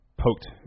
poked